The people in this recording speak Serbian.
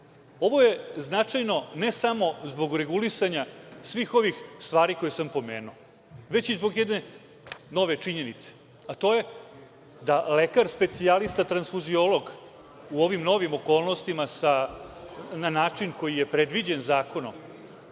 Ovo je značajno ne samo zbog regulisanja svih ovih stvari koje sam pomenuo, već i zbog jedne nove činjenice, a to je da lekar specijalista transfuziolog u ovim novim okolnostima, na način koji je predviđen zakonom,